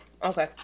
Okay